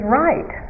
right